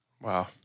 Wow